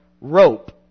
rope